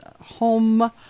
home